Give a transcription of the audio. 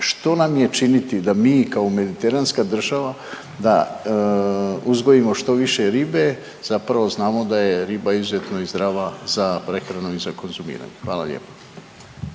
Što nam je činiti da mi kao mediteranska država, da uzgojimo što više ribe, zapravo znamo da je riba izuzetno i zdrava za prehranu i za konzumiranje. Hvala lijepo.